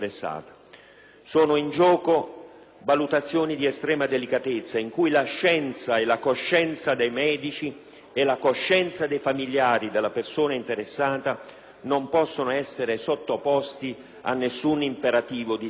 Sono in gioco valutazioni di estrema delicatezza, in cui la scienza e la coscienza dei medici e la coscienza dei familiari della persona interessata non possono essere sottoposte a nessun imperativo di Stato.